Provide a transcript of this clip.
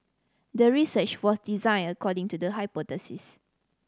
the research was designed according to the hypothesis